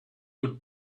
would